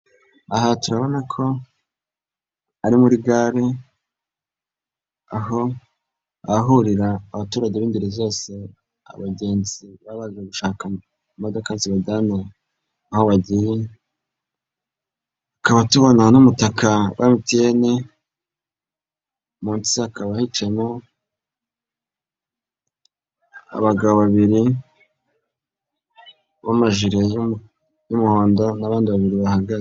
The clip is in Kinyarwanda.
Aha turabona ko ari muri gare, aho ahahurira abaturage b'ingeri zose abagenzi babanje gushaka imodoka zibajyana aho bagiye, tukaba tubona n'umutaka wa MTN, munsi hakaba hicayemo abagabo babiri b'amajire y'umuhondo n'abandi babiri bahagaze.